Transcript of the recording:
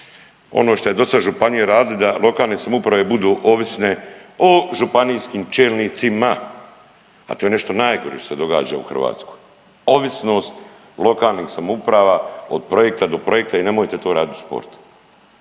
ono što je do sad županija radila da lokalne samouprave bude ovisne o županijskim čelnicima, a to je nešto najgore što se događa što se događa u Hrvatskoj. Ovisnost lokalnih samouprava od projekta do projekta i nemojte to radit u sportu.